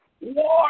war